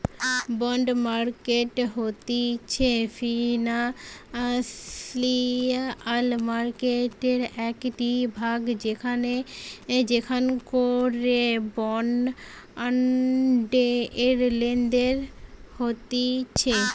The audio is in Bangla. বন্ড মার্কেট হতিছে ফিনান্সিয়াল মার্কেটের একটিই ভাগ যেখান করে বন্ডের লেনদেন হতিছে